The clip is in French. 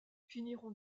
finiront